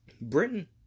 Britain